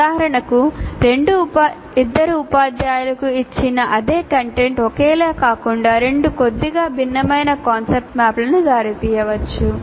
ఉదాహరణకు 2 ఉపాధ్యాయులకు ఇచ్చిన అదే కంటెంట్ ఒకేలా కాకుండా 2 కొద్దిగా భిన్నమైన కాన్సెప్ట్ మ్యాప్లకు దారితీయవచ్చు